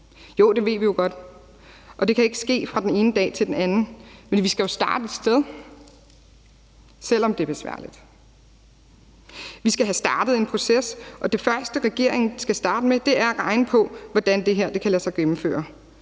Jo, det ved vi jo godt, og det kan ikke ske fra den ene dag til den anden, men vi skal jo starte et sted, selv om det er besværligt. Vi skal have startet en proces, og det første, regeringen skal starte med, er at regne på, hvordan det her kan lade sig gennemføre.